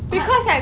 what